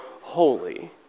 holy